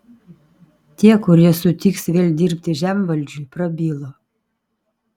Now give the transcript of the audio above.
tie kurie sutiks vėl dirbti žemvaldžiui prabilo